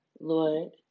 Lord